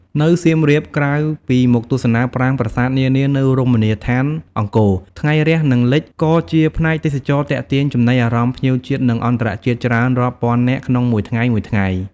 នៅសៀមរាប ក្រៅពីមកទស្សនាប្រាង្គប្រាសាទនានានៅរមណីយដ្ឋានអង្គរ ថ្ងៃរះ និងលិច ក៏ជាផ្នែកទេសចរណ៍ទាក់ទាញចំណីអារម្មណ៍ភ្ញៀវជាតិ និងអន្តរជាតិច្រើនរយពាន់នាក់ក្នុងមួយថ្ងៃៗ។